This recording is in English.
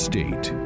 State